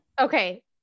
okay